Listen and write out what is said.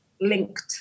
linked